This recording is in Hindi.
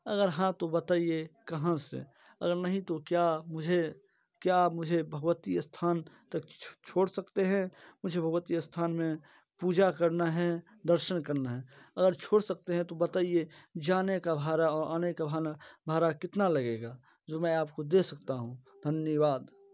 अगर हाँ तो बताइए कहाँ से नहीं तो क्या मुझे क्या आप मुझे भगवतीय स्थान तक छोड़ सकते हैं मुझे भगवतीय स्थान में पूजा करना हैं दर्शन करना है अगर छोड़ सकते हैं तो बताइए जाने का भाड़ा और आने का भांला भाड़ा कितना लगेगा जो मैं अपको दे सकता हूँ धन्यवाद